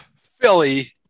philly